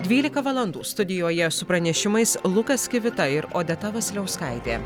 dvylika valandų studijoje su pranešimais lukas kivita ir odeta vasiliauskaitė